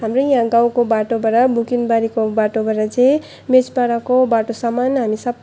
हाम्रो यहाँ गाउँको बाटोबाट बुकिनबारीको बाटोबाट चाहिँ मेचपाडाको बाटोसम्म हामी सबै